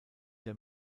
der